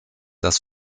das